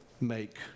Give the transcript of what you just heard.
make